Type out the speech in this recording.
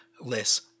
less